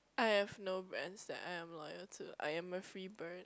I have no brands that I am loyal to I am a free bird